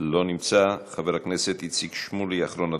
לא נמצא, חבר הכנסת איציק שמולי, אחרון הדוברים,